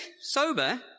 sober